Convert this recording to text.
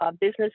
business